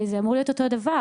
זה אמור להיות אותו דבר.